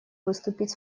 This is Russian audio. выступить